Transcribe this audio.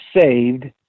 saved